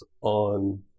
on